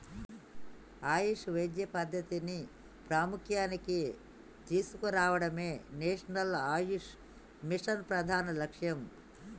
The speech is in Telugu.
ఆయుష్ వైద్య పద్ధతిని ప్రాముఖ్య్యానికి తీసుకురావడమే నేషనల్ ఆయుష్ మిషన్ ప్రధాన లక్ష్యం